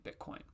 Bitcoin